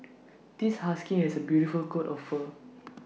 this husky has A beautiful coat of fur